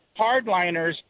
hardliners